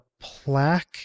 plaque